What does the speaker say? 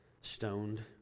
stoned